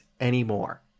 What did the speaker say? anymore